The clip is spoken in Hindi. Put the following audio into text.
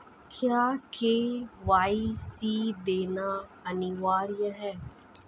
क्या के.वाई.सी देना अनिवार्य है?